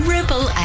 Ripple